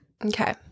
Okay